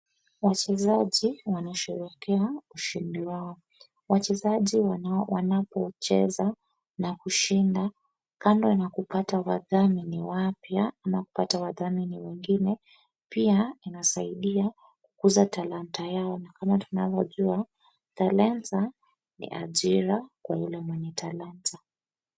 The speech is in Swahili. Wachezaji wanasheherekea ushindi wao. Wachezaji wanpocheza, na kushinda, kanda na kupata wadhamini wapya, ama kupata wadhamini wengine, pia inasaidia kukuza talanta yao kama tunavyojua, talanta ni ajira kwa yule mwenye talanta.